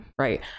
right